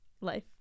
life